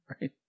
right